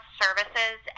services